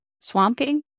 swamping